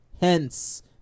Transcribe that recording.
hence